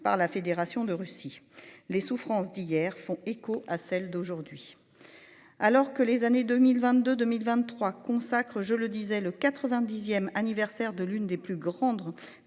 par la Fédération de Russie. Les souffrances d'hier font écho à celles d'aujourd'hui. Alors que les années 2022 2023 consacrent, je le disais, le 90ème anniversaire de l'une des plus grandes